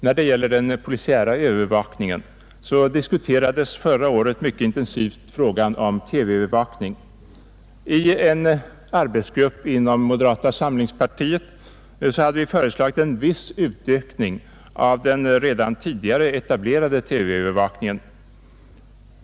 När det gäller den polisiära övervakningen diskuterades förra året mycket intensivt frågan om TV-övervakning. I en arbetsgrupp inom moderata samlingspartiet hade vi föreslagit en viss utökning av den redan etablerade TV-övervakningen.